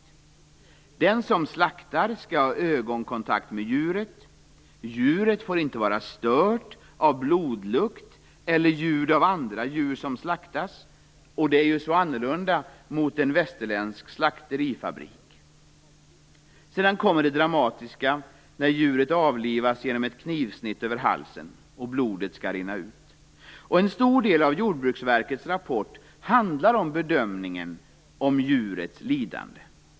Den som utför slakten skall ha ögonkontakt med djuret. Djuret får inte vara stört av blodlukt eller ljud av andra djur som slaktas. Förhållandet är helt annorlunda mot i en västerländsk slakterifabrik. Sedan kommer det dramatiska när djuret avlivas genom ett knivsnitt över halsen och blodet skall rinna ut. En stor del av Jordbruksverkets rapport handlar om bedömningen av djurets lidande.